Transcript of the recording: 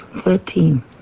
Thirteen